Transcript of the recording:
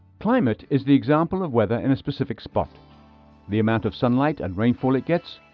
climate is the example of weather in a specific spot the amount of sunlight and rainfall it gets,